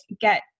get